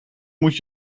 moet